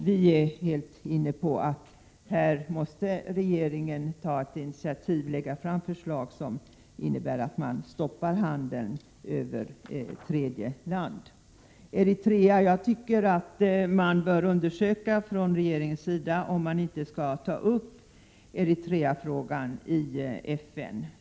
Vi är helt inne på att regeringen här måste ta initiativ och lägga fram förslag som innebär att man stoppar handeln över tredje land. Så till Eritreafrågan. Jag tycker att man från regeringens sida bör undersöka om man inte skall ta upp Eritreafrågan i FN.